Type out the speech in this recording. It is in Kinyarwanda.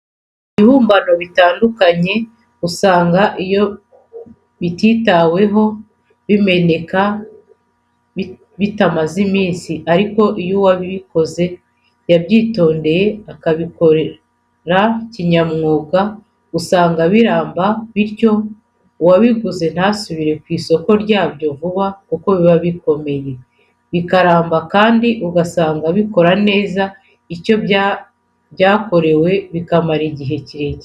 Ibibumbano bitandukanye usanga iyo bititaweho bimeneka bitamaze iminsi, ariko iyo uwabikoze yabyitondeye akabikora kinyamwuga usanga biramba, bityo uwabiguze ntasubire ku isoko ryabyo vuba kuko biba bikomeye, bikaramba kandi ugasanga bikora neza icyo byakorewe, bikamara igihe kirekire.